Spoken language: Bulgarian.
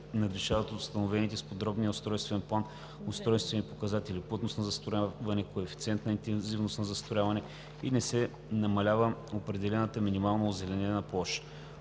надвишават установените в подробния устройствен план устройствени показатели – плътност на застрояване, коефициент на интензивност на застрояване и не се намалява определената минимална озеленена площ.